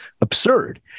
absurd